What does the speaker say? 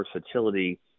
versatility